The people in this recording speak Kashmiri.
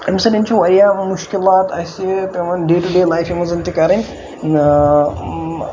اَمہِ سۭتۍ چھُ واریاہ مُشکلات اَسہِ پیٚوان ڈیلی لایفہِ منٛز تہِ کَرٕنۍ